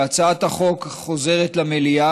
שהצעת החוק חוזרת למליאה,